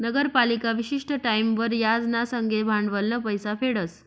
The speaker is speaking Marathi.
नगरपालिका विशिष्ट टाईमवर याज ना संगे भांडवलनं पैसा फेडस